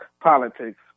Politics